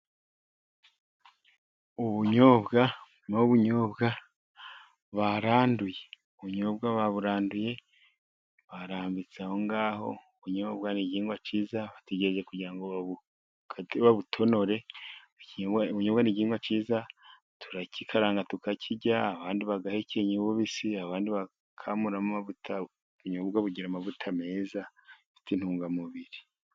Ubunyobwa, ubu ni ubunyobwa baranduye, ubunyobwa baburanduye barambitse aho ngaho. Ubunyobwa ni igihingwa cyiza ,bategereje kugira ngo babukate babutunore, ubunyobwa ni igihingwa cyiza, turagikaranga tukakirya ,abandi bagahekenya ububisi ,abandi bagakamuramo amavuta. Ubunyobwa bugira amavuta meza afite intungamubiri.